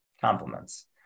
Compliments